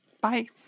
Bye